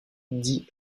dit